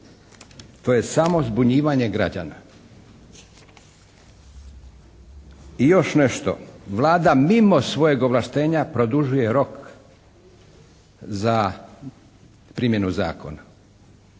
To je samo zbunjivanje građana. I još nešto. vlada mimo svojeg ovlaštenja produžuje rok za primjenu zakona.